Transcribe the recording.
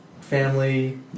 family